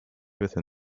within